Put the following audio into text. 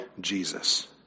Jesus